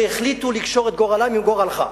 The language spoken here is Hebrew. שהחליטו לקשור את גורלם עם גורלך.